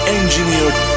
engineered